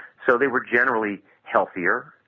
so they were generally healthier,